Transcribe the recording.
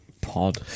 pod